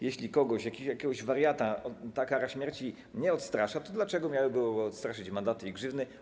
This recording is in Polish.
Jeśli kogoś, jakiegoś wariata ta kara śmierci nie odstrasza, to dlaczego miałyby go odstraszyć mandaty i grzywny.